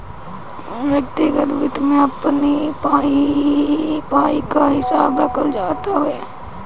व्यक्तिगत वित्त में अपनी पाई पाई कअ हिसाब रखल जात हवे